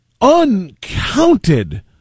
uncounted